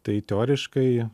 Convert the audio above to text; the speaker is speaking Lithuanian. tai teoriškai